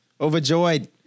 overjoyed